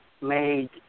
made